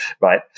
right